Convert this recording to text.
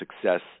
success